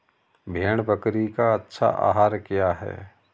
भेड़ बकरी का अच्छा आहार क्या है?